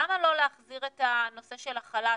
למה לא להחזיר את הנושא של החל"ת,